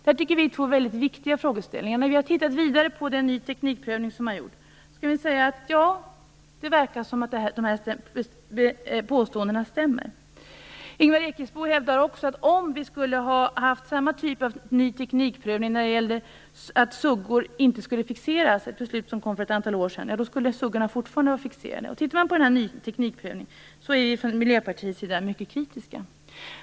Det tycker vi är två mycket viktiga frågeställningar. Tittar man vidare på ny teknikprovning som har gjorts kan man säga att det verkar som om de här påståendena stämmer. Ingvar Ekesbo hävdar också att om vi skulle ha haft samma typ av ny teknikprovning när det gällde det beslut om att suggor inte skall vara fixerade som kom för ett antal år sedan, skulle suggorna fortfarande vara fixerade. Vi i Miljöpartiet är mycket kritiska till ny teknikprovning.